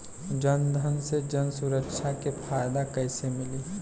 जनधन से जन सुरक्षा के फायदा कैसे मिली?